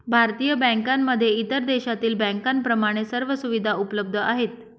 भारतीय बँकांमध्ये इतर देशातील बँकांप्रमाणे सर्व सुविधा उपलब्ध आहेत